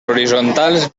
horitzontals